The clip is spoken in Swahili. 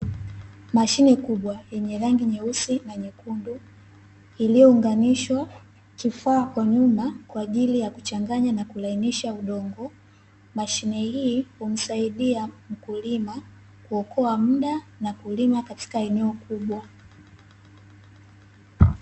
Mashine kubwa yenye rangi nyeusi na nyekundu iliyoonganishwa kifaa kwa nyuma kwa ajili ya kuchanganya na kulainisha udongo. Mashine hii humsaidia mkulima kuokoa muda na kulima katika eneo kubwa.